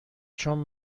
چگونه